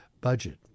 budget